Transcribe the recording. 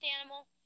animal